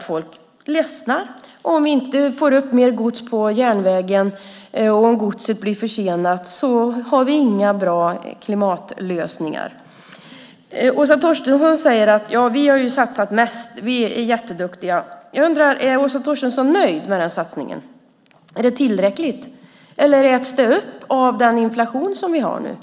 folk ledsnar, om vi inte får upp mer gods på järnvägen och om godset blir försenat. Då har vi inga bra klimatlösningar. Åsa Torstensson säger: Vi har satsat mest, vi är jätteduktiga. Jag undrar om Åsa Torstensson är nöjd med den satsningen. Är det tillräckligt? Eller äts det upp av den inflation som vi har nu?